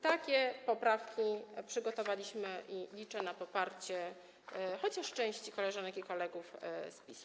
Takie poprawki przygotowaliśmy i liczę na poparcie chociaż części koleżanek i kolegów z PiS-u.